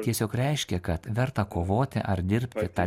tiesiog reiškia kad verta kovoti ar dirbti ta